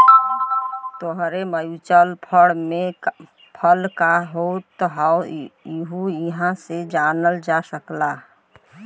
तोहरे mutual fund में का होत हौ यहु इहां से जानल जा सकला